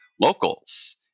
locals